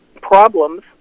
problems